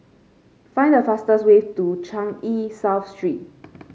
find the fastest way to Changi South Street